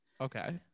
Okay